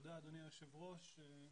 תודה אדוני היושב ראש.